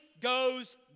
goes